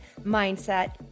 mindset